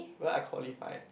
well I qualified